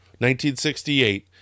1968